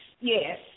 Yes